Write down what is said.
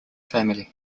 family